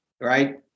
right